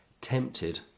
tempted